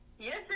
Yes